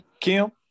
Kim